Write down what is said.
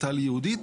תת"ל ייעודית,